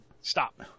Stop